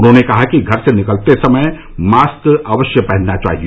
उन्होंने कहा कि घर से निकलते समय मास्क अवश्य पहनना चाहिए